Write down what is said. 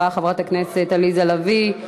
הדוברת הבאה, חברת הכנסת עליזה לביא.